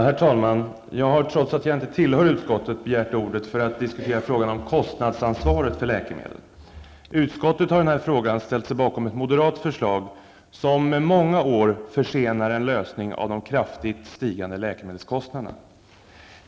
Herr talman! Jag har, trots att jag inte tillhör utskottet, begärt ordet för att diskutera frågan om kostnadsansvaret för läkemedel. Utskottet har i denna fråga ställt sig bakom ett moderat förslag som med många år försenar en lösning av de kraftigt stigande läkemedelskostnaderna.